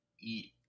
eat